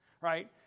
right